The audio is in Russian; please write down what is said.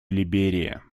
либерия